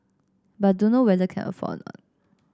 but dunno whether can afford or not